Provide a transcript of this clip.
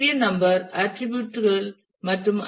என் number attribute மற்றும் ஐ